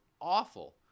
awful